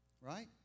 Right